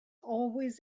always